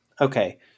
Okay